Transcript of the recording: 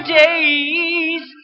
days